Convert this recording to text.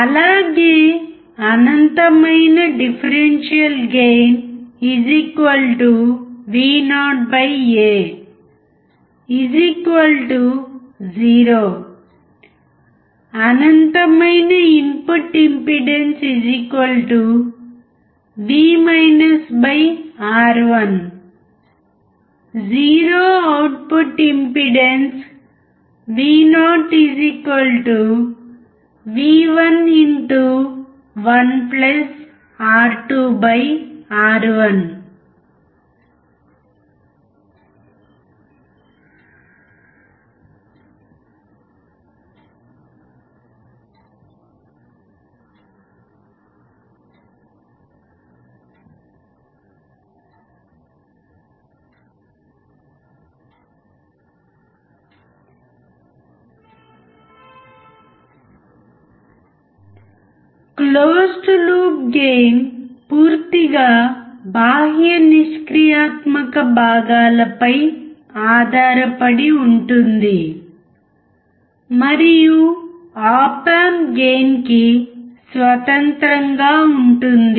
అలాగే అనంతమైన differential gain v o A 0 అనంతమైన input impedance v R 1 zero output impedance v o v 1 1 R 2 R 1 closed loop gain పూర్తిగా బాహ్య నిష్క్రియాత్మక భాగాలపై ఆధారపడి ఉంటుంది మరియు ఆప్ ఆంప్ గెయిన్కి స్వతంత్రంగా ఉంటుంది